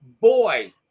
boy